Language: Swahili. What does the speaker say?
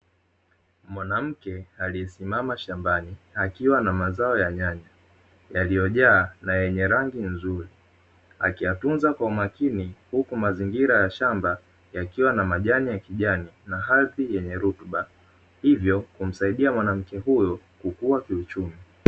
Mwanamke aliyesimama shambani akiwa na mazao ya nyanya yaliyojaa na yenye rangi nzuri, akiyatunza kwa umakini huku mazingira ya shamba yakiwa na majani ya kijani na ardhi yenye rutuba, hivyo humsaidia mwanamke huyo kukua kiuchumi.